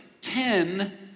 ten